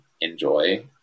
enjoy